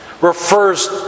refers